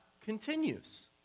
continues